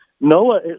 Noah